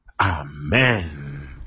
amen